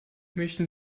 möchten